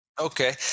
Okay